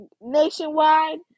nationwide